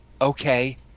okay